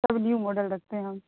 سب new model رکھتے ہیں ہم